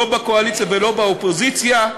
לא בקואליציה ולא באופוזיציה: